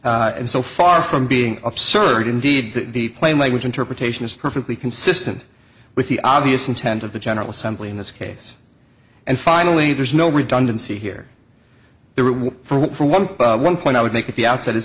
and so far from being absurd indeed the plain language interpretation is perfectly consistent with the obvious intent of the general assembly in this case and finally there's no redundancy here the rule for one one point i would make it the outset is